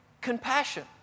compassion